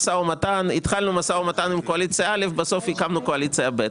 ומתן עם קואליציה א' ובסוף הקמנו קואליציה ב'.